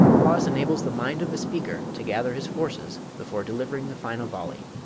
pause enables the mind of the speaker to gather his forces before delivering the final volley